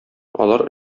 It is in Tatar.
алар